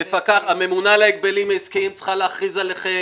הממונה על הגבלים עסקיים צריכה להכריז עליכם